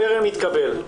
טרם התקבל.